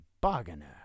bargainer